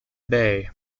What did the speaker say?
bay